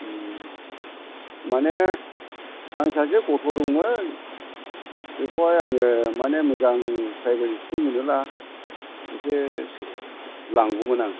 माने आंना सासे गथ' दंमोन बेखौहाय आङो माने मोजां प्रायभेट स्कुल मोनोब्ला इसे लांगौमोन आं